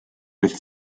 with